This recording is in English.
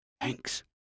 Thanks